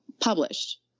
published